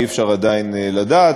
אי-אפשר עדיין לדעת,